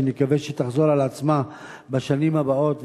שנקווה שתחזור על עצמה בשנים הבאות,